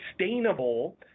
sustainable